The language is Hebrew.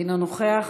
אינו נוכח.